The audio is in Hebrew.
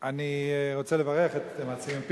אני רוצה לברך את המציעים.